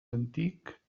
antic